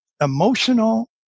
emotional